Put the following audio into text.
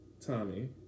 Tommy